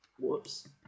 Whoops